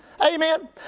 Amen